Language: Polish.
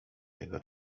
jego